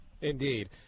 Indeed